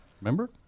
Remember